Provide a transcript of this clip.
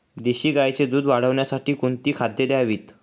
देशी गाईचे दूध वाढवण्यासाठी कोणती खाद्ये द्यावीत?